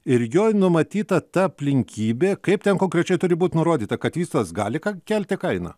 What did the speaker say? ir joj numatyta ta aplinkybė kaip ten konkrečiai turi būt nurodyta kad vystytojas gali ka kelti kainą